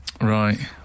Right